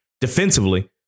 defensively